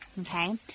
okay